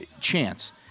Chance